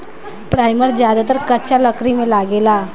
primer ज्यादातर कच्चा लकड़ी में लागेला